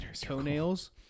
toenails